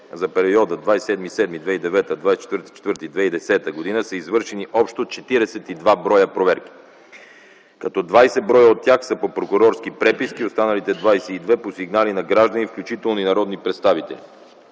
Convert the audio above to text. за периода 27.07.2009 г. – 24.04.2010 г. са извършени общо 42 броя проверки, като 20 броя от тях са по прокурорски преписки, останалите 22 по сигнали на граждани, включително и народни представители.